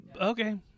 okay